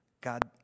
God